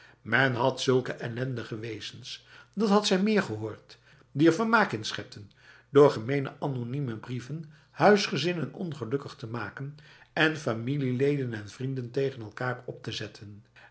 men had zulke ellendige wezens dat had zij meer gehoord die er vermaak in schepten door gemene anonieme brieven huisgezinnen ongelukkig te maken en familieleden en vrienden tegen elkaar op te zetten